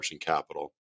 capital